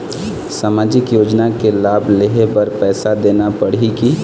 सामाजिक योजना के लाभ लेहे बर पैसा देना पड़ही की?